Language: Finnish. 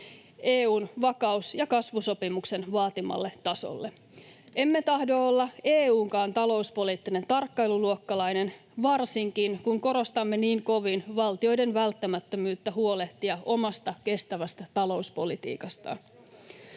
EU:n vakaus- ja kasvusopimuksen vaatimalle tasolle. Emme tahdo olla EU:nkaan talouspoliittinen tarkkailuluokkalainen, varsinkin kun korostamme niin kovin valtioiden välttämättömyyttä huolehtia omasta kestävästä talouspolitiikastaan.